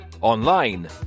online